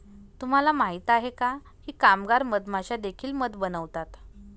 तुम्हाला माहित आहे का की कामगार मधमाश्या देखील मध बनवतात?